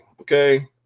okay